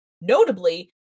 Notably